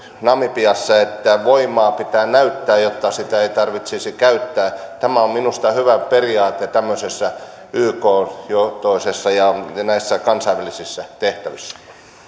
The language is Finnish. namibiassa että voimaa pitää näyttää jotta sitä ei tarvitsisi käyttää tämä on minusta hyvä periaate tämmöisissä yk johtoisissa ja näissä kansainvälisissä tehtävissä